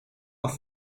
auch